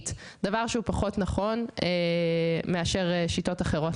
זה דבר פחות נכון מבחינה מנגנונית מאשר שיטות אחרות